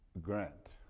Grant